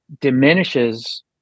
diminishes